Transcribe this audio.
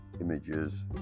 images